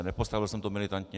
Nepostavil jsem to militantně.